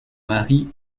mari